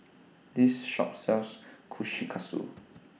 This Shop sells Kushikatsu